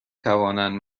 توانند